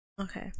okay